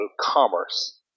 commerce